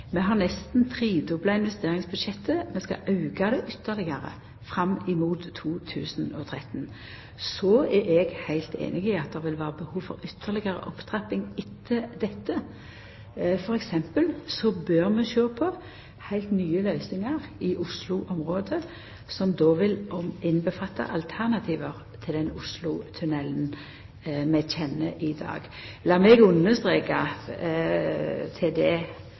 har nesten tredobla investeringsbudsjettet. Vi skal auka det ytterlegare fram mot 2013. Så er eg heilt samd i at det vil vera behov for ytterlegare opptrapping etter dette. Til dømes bør vi sjå på heilt nye løysingar i Oslo-området som då vil omfatta alternativ til den Oslotunnelen vi kjenner i dag. Lat meg til